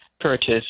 purchase